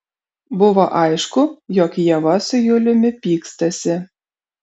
buvo aišku jog ieva su juliumi pykstasi